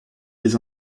les